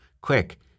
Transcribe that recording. Quick